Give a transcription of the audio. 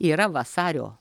yra vasario